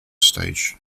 stage